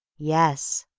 yes!